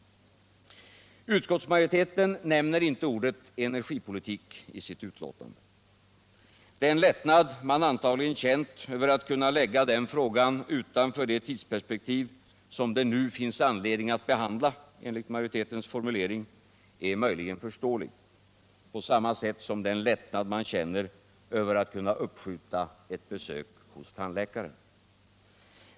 Utskottsmajoriteten nämner inte ordet energipolitik i sitt betänkande. Den lättnad man antagligen känt över att kunna lägga den frågan utanför det tidsperspektiv som ”det nu finns anledning att behandla”, enligt majoritetens formulering, är möjligen förståelig — på samma sätt som den lättnad man känner över att kunna uppskjuta ett besök hos tandläkaren.